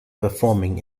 performing